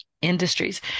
industries